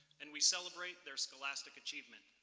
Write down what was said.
and we celebrate their scholastic achievement.